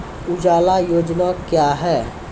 उजाला योजना क्या हैं?